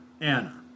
Anna